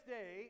day